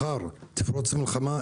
מחר תפרוץ מלחמה,